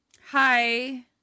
Hi